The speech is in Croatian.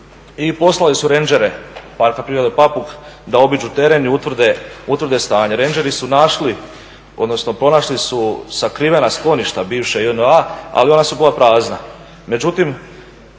I poslali su rendžere Parka prirode Papuk da obiđu teren i utvrde stanje. Rendžeri su našli, odnosno pronašli su sakrivena skloništa bivše JNA ali ona su bila prazna.